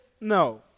No